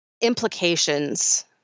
implications